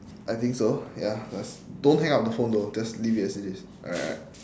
I think so ya just don't hang up the phone though just leave it as it is alright alright